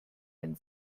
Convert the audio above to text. einen